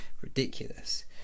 ridiculous